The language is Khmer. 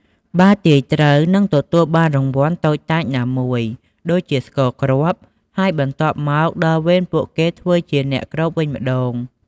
បើទាយត្រូវ នឹងទទួលបានរង្វាន់តូចតាចណាមួយ ដូចជាស្ករគ្រាប់ ហើយបន្ទាប់មកដល់វេនពួកគេធ្វើជាអ្នកគ្របវិញម្តង។